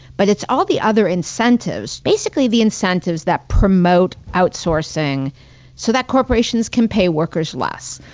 but it's all the other incentives, basically, the incentives that promote outsourcing so that corporations can pay workers less.